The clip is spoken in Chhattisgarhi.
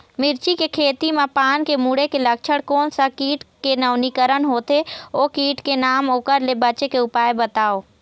मिर्ची के खेती मा पान के मुड़े के लक्षण कोन सा कीट के नवीनीकरण होथे ओ कीट के नाम ओकर ले बचे के उपाय बताओ?